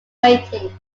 mating